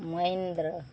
Mahindra